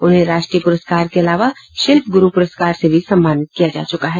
उन्हें राष्ट्रीय पुरस्कार के अलाव शिल्प गुरु पुरस्कार से भी सम्मानित किया जा चुका है